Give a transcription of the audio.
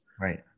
Right